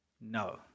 No